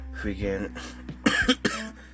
Freaking